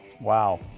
Wow